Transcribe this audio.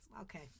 Okay